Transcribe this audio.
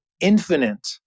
infinite